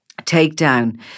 takedown